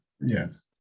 yes